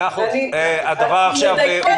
אדוני היושב-ראש, שמעת את